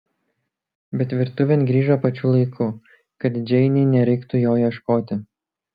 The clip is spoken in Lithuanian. bet virtuvėn grįžo pačiu laiku kad džeinei nereiktų jo ieškoti